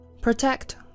Protect